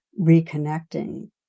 reconnecting